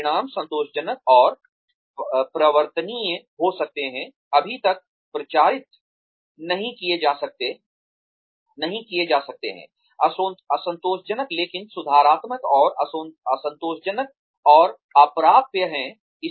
परिणाम संतोषजनक और प्रवर्तनीय हो सकते हैं अभी तक प्रचारित नहीं किए जा सकते हैं असंतोषजनक लेकिन सुधारात्मक और असंतोषजनक और अप्राप्य हैं